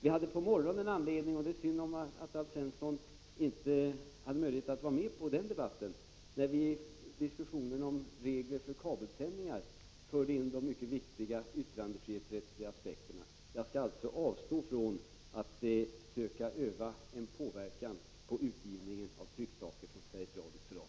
I dag på morgonen hade vi anledning — det är synd att Alf Svensson inte hade möjlighet att vara med om den debatten — att i diskussionen om reglerna för kabelsändningar föra in de mycket viktiga yttrandefrihetsrättsliga aspekterna. Jag avstår således från att söka påverka utgivningen av trycksaker från Sveriges Radios förlag.